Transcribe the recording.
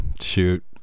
shoot